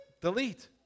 delete